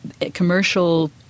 commercial